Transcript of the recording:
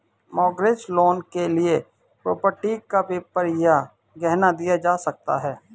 mortgage loan के लिए property का पेपर या गहना दिया जा सकता है